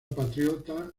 patriota